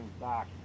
back